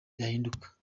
yahinduka